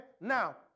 Now